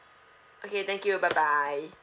okay thank you bye bye